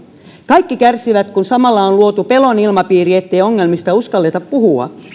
kaikki kärsivät kun samalla on luotu pelon ilmapiiri niin ettei ongelmista uskalleta puhua